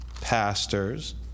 pastors